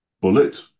bullet